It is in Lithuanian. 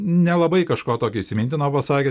nelabai kažko tokio įsimintino pasakė